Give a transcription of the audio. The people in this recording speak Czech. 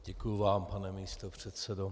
Děkuji vám, pane místopředsedo.